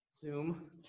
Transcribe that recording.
Zoom